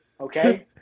okay